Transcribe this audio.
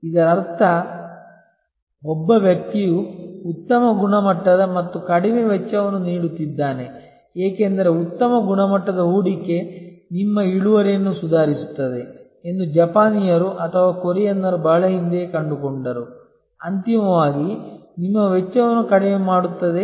ಇದರರ್ಥ ಒಬ್ಬ ವ್ಯಕ್ತಿಯು ಉತ್ತಮ ಗುಣಮಟ್ಟದ ಮತ್ತು ಕಡಿಮೆ ವೆಚ್ಚವನ್ನು ನೀಡುತ್ತಿದ್ದಾನೆ ಏಕೆಂದರೆ ಉತ್ತಮ ಗುಣಮಟ್ಟದ ಹೂಡಿಕೆ ನಿಮ್ಮ ಇಳುವರಿಯನ್ನು ಸುಧಾರಿಸುತ್ತದೆ ಎಂದು ಜಪಾನಿಯರು ಅಥವಾ ಕೊರಿಯನ್ನರು ಬಹಳ ಹಿಂದೆಯೇ ಕಂಡುಕೊಂಡರು ಅಂತಿಮವಾಗಿ ನಿಮ್ಮ ವೆಚ್ಚವನ್ನು ಕಡಿಮೆ ಮಾಡುತ್ತದೆ